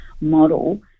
model